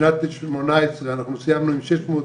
בשנת 2018 אנחנו סיימנו עם שש מאות